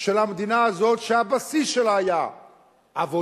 של המדינה הזאת, שהבסיס שלה היה עבודה,